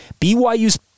BYU's